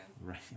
Right